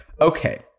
Okay